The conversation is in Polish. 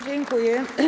Dziękuję.